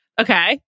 Okay